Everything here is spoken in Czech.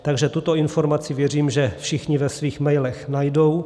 Takže tuto informaci věřím, že všichni ve svých mailech najdou.